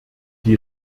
die